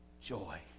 joy